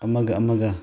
ꯑꯃꯒ ꯑꯃꯒ